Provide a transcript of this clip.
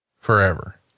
forever